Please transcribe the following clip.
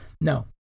No